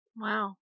wow